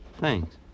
Thanks